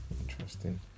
Interesting